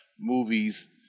movies